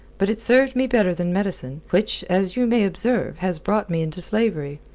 but it served me better than medicine, which, as you may observe, has brought me into slavery.